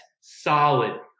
solid